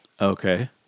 Okay